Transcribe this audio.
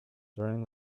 during